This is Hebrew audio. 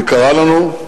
היא יקרה לנו,